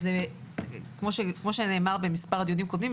כמו שנאמר במספר דיונים קודמים,